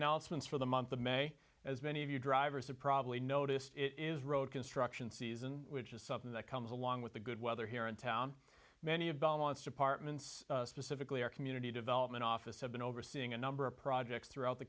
announcements for the month of may as many of you drivers have probably noticed it is road construction season which is something that comes along with the good weather here in town many of belmont's departments specifically our community development office have been overseeing a number of projects throughout the